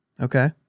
Okay